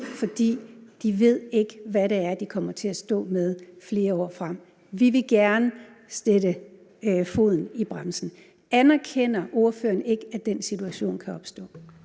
for de ved ikke, hvad det er, de kommer til at stå med flere år frem i tiden, og vi vil gerne sætte foden på bremsen. Anerkender ordføreren ikke, at den situation kan opstå?